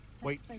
Wait